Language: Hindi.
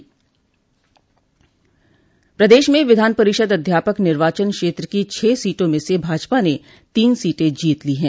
प्रदेश में विधान परिषद अध्यापक निर्वाचन क्षेत्र की छह सीटों में से भाजपा ने तीन सीटें जीत ली हैं